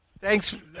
Thanks